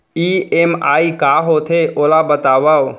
EMI का होथे, ओला बतावव